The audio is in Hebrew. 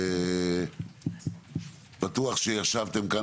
אני בטוח שישבתם כאן,